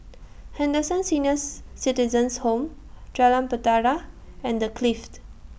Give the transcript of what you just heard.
Henderson Seniors Citizens' Home Jalan Bahtera and The Clift